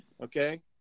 Okay